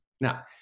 Now